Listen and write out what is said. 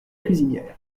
cuisinière